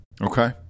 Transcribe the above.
Okay